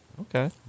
okay